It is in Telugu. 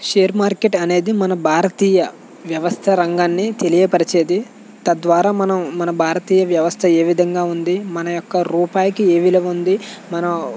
షేర్ మార్కెట్ అనేది మన భారతీయ వ్యవస్థ రంగాన్ని తెలియపరచేది తద్వారా మనం మన భారతీయ వ్యవస్థ ఏవిధంగా ఉంది మన యొక్క రూపాయికి ఏ విలువ ఉంది మనం